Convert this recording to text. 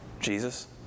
Jesus